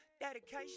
dedication